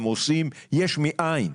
הם עושים יש מאין.